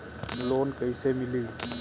Loan कइसे मिली?